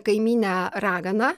kaimynę ragana